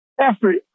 effort